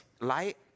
light